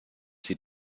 sie